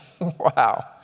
Wow